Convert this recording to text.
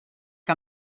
que